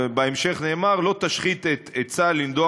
ובהמשך נאמר: "לא תשחית את עצה לנדח